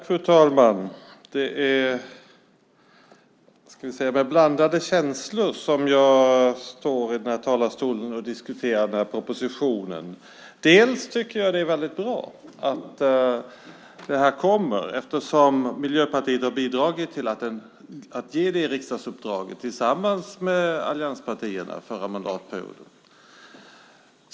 Fru talman! Det är med blandade känslor som jag står i talarstolen och diskuterar propositionen. Det är väldigt bra att den kommer eftersom Miljöpartiet har bidragit till att ge det riksdagsuppdraget tillsammans med allianspartierna förra mandatperioden.